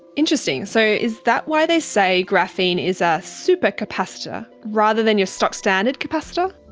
interesting. so is that why they say graphene is a super capacitor rather than your stock standard capacitor?